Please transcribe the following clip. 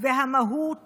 והמהות